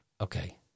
Okay